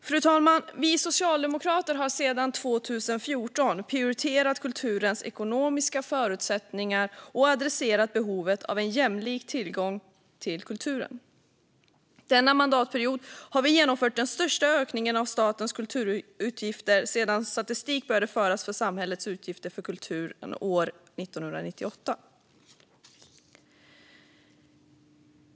Fru talman! Vi socialdemokrater har sedan 2014 prioriterat kulturens ekonomiska förutsättningar och adresserat behovet av en jämlik tillgång till kultur. Denna mandatperiod har vi genomfört den största ökningen av statens kulturutgifter sedan statistik började föras för samhällets utgifter för kultur 1998.